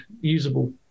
usable